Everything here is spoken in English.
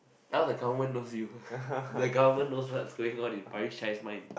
now the government knows you the government knows what's going on in Parish's mind